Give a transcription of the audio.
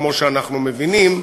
כמו שאנחנו מבינים,